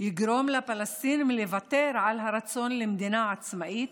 יגרום לפלסטינים לוותר על הרצון למדינה עצמאית?